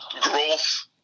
growth